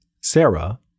Sarah